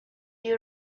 you